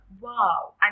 wow